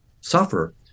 suffer